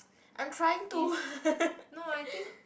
is no I think